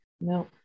No